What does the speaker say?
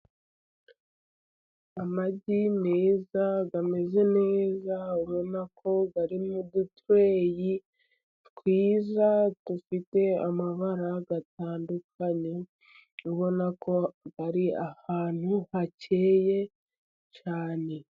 Amagi meza ameze neza, ubonako ari mu dutureyi twiza, dufite amabara atandukanye, ubonako ari ahantu hakeye cyane.